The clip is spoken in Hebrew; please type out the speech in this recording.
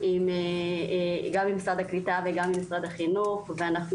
גם עם משרד הקליטה וגם עם משרד החינוך ואנחנו